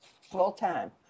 Full-time